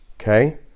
Okay